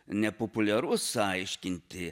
nepopuliarus aiškinti